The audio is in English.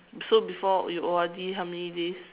so before you O_R_D how many days